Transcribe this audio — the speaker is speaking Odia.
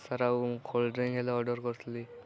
ସାର୍ ଆଉ ମୁ କୋଲ୍ଡ୍ରିଙ୍କ ହେଲେ ଅର୍ଡ଼ର କରିଥିଲି